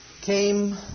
came